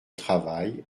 travail